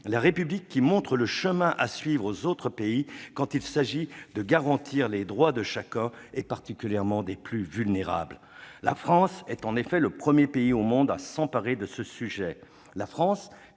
la République qui montre le chemin à suivre aux autres pays quand il s'agit de garantir les droits de chacun, particulièrement des plus vulnérables. La France est en effet le premier pays au monde à s'emparer de ce sujet. La France